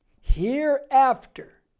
hereafter